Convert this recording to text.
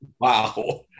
Wow